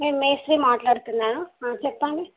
నేను మేస్త్రీ మాట్లాడుతున్నాను చెప్పండి